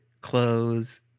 clothes